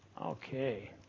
Okay